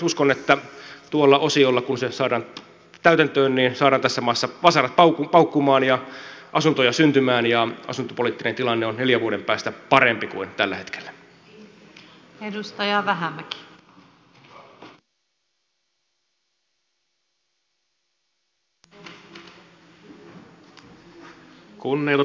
uskon että tuolla osiolla kun se saadaan täytäntöön saadaan tässä maassa vasarat paukkuman ja asuntoja syntymään ja asuntopoliittinen tilanne on neljän vuoden päästä parempi kuin tällä hetkellä